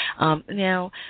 Now